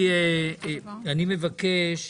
אני מבקש,